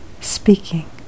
speaking